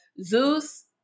Zeus